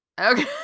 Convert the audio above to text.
Okay